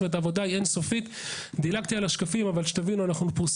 אנחנו לא חלק בתכנון.